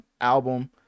album